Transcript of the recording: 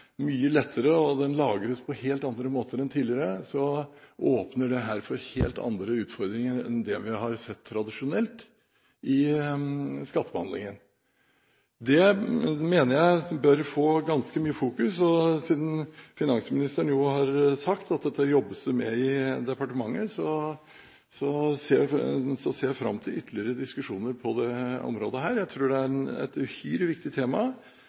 lagres på helt andre måter enn tidligere, åpner dette for helt andre utfordringer enn dem vi har sett tradisjonelt i skattebehandlingen. Det mener jeg bør få ganske mye fokus. Siden finansministeren har sagt at dette jobbes det med i departementet, ser jeg fram til ytterligere diskusjoner på dette området. Jeg tror det er et uhyre viktig tema.